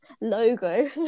logo